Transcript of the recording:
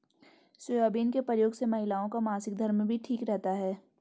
soybean के प्रयोग से महिलाओं का मासिक धर्म भी ठीक रहता है